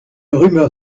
rumeur